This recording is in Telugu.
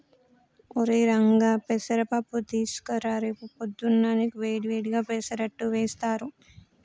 ఒరై రంగా పెసర పప్పు తీసుకురా రేపు పొద్దున్నా నీకు వేడి వేడిగా పెసరట్టు వేస్తారు